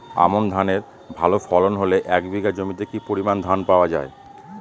আমন ধানের ভালো ফলন হলে এক বিঘা জমিতে কি পরিমান ধান পাওয়া যায়?